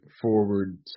forward